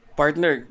partner